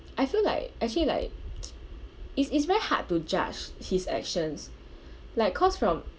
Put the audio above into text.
I feel like actually like it's it's very hard to judge his actions like cause from